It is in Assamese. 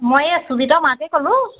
মই এই সুজিতৰ মাকে ক'লোঁ